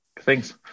Thanks